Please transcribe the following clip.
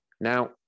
Now